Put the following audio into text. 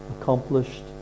accomplished